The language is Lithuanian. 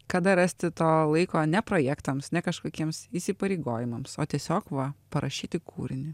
kada rasti to laiko ne projektams ne kažkokiems įsipareigojimams o tiesiog va parašyti kūrinį